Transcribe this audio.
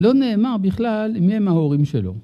‫לא נאמר בכלל מי הם ההורים שלו.